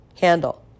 handle